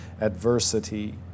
adversity